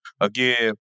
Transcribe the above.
again